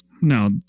No